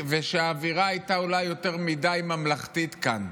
ושהאווירה הייתה אולי יותר מדי ממלכתית כאן,